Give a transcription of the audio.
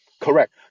Correct